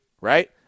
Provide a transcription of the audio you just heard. Right